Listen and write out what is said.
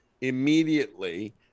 immediately